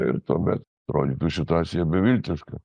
ir tuomet atrodytų situacija beviltiška